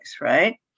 right